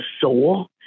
Soul